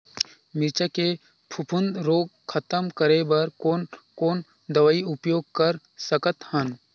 मिरचा के फफूंद रोग खतम करे बर कौन कौन दवई उपयोग कर सकत हन?